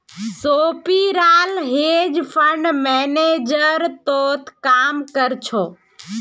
सोपीराल hedge fund manager तोत काम कर छ